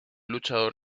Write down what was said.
luchador